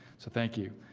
so, thank you